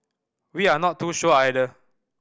we are not too sure either